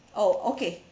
oh okay